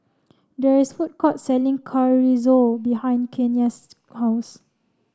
there is a food court selling Chorizo behind Kenia's house